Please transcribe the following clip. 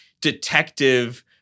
detective